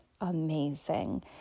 amazing